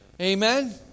Amen